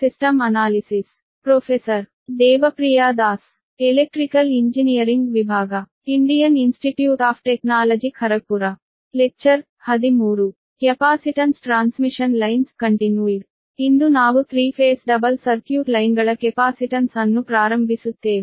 capacitance transmission lines continued ಆದ್ದರಿಂದ ಇಂದು ನಾವು 3 ಫೇಸ್ ಡಬಲ್ ಸರ್ಕ್ಯೂಟ್ ಲೈನ್ಗಳ ಕೆಪಾಸಿಟನ್ಸ್ ನ್ನು ಪ್ರಾರಂಭಿಸುತ್ತೇವೆ